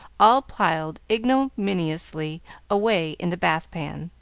all piled ignominiously away in the bath-pan,